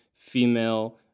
female